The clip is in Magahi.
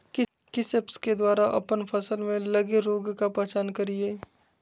किस ऐप्स के द्वारा अप्पन फसल में लगे रोग का पहचान करिय?